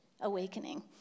awakening